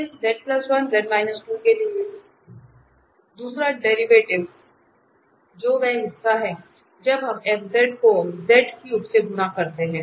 इस के लिए दूसरा डेरिवेटिव जो वह हिस्सा है जब हम f को से गुणा करते हैं